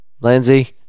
Lindsay